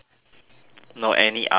no any other food